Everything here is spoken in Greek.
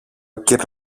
κυρ